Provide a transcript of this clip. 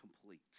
complete